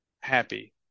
happy